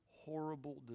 horrible